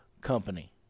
company